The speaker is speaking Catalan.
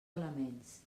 elements